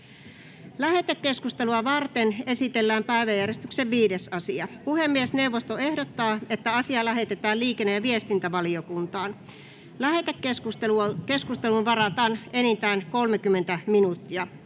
Lähetekeskustelua varten esitellään päiväjärjestyksen 5. asia. Puhemiesneuvosto ehdottaa, että asia lähetetään liikenne- ja viestintävaliokuntaan. Lähetekeskusteluun varataan enintään 30 minuuttia.